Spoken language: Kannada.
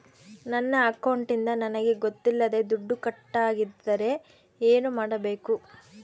ನನ್ನ ಅಕೌಂಟಿಂದ ನನಗೆ ಗೊತ್ತಿಲ್ಲದೆ ದುಡ್ಡು ಕಟ್ಟಾಗಿದ್ದರೆ ಏನು ಮಾಡಬೇಕು?